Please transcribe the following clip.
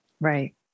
Right